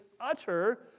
utter